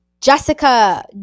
Jessica